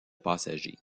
passagers